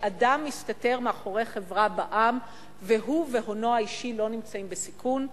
שאדם מסתתר מאחורי חברה בע"מ והוא והונו האישי לא נמצאים בסיכון.